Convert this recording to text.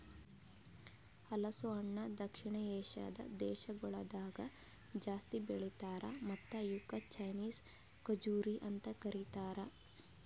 ಹಲಸು ಹಣ್ಣ ದಕ್ಷಿಣ ಏಷ್ಯಾದ್ ದೇಶಗೊಳ್ದಾಗ್ ಜಾಸ್ತಿ ಬೆಳಿತಾರ್ ಮತ್ತ ಇವುಕ್ ಚೈನೀಸ್ ಖಜುರಿ ಅಂತ್ ಕರಿತಾರ್